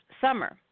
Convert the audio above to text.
summer